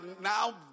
now